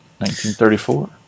1934